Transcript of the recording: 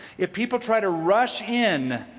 if people try to rush in,